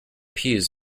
peas